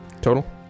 Total